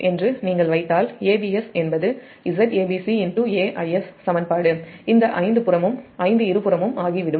என்று நீங்கள் வைத்தால் A என்பது Zabc A Is சமன்பாடு இந்த ஐந்து இருபுறமும் ஆகிவிடும்